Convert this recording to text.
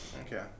okay